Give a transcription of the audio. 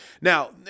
Now